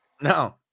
No